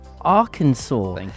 Arkansas